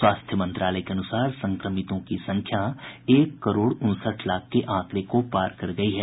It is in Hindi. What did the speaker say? स्वास्थ्य मंत्रालय के अनुसार संक्रमितों की संख्या एक करोड़ उनसठ लाख के आंकड़े को पार कर गयी है